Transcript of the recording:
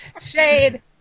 shade